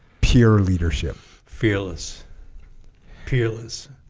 pure leadership fearless peerless